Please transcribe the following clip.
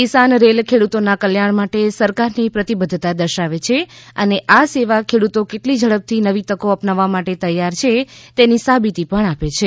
કિસાન Rail ખેડૂતોના કલ્યાણ માટે સરકારની પ્રતિબધ્ધતા દર્શાવે છે અને આ સેવા ખેડૂતો કેટલી ઝડપથી નવી તકો અપનાવવા તૈયાર છે તેની સાબીતી પણ આપે છે